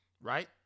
right